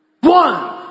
one